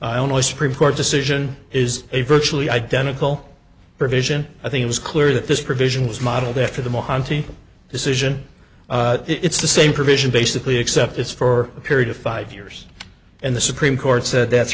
mojave only supreme court decision is a virtually identical provision i think it was clear that this provision was modeled after the mohanty decision it's the same provision basically except it's for a period of five years and the supreme court said that's